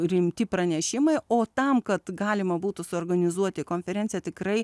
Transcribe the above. rimti pranešimai o tam kad galima būtų suorganizuoti konferenciją tikrai